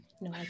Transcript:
No